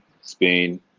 Spain